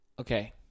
Okay